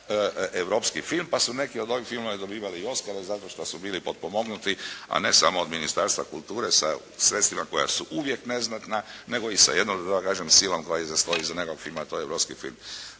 pa su neki od ovih filmova dobivali i "oscare" zato što su bili potpomognuti a ne samo od Ministarstva kulture sa sredstvima koja su uvijek neznatna nego i sa jednom da tako kažem silom koja stoji iza nekog filma a to je europski film.